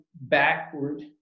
Backward